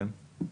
כן?